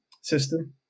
system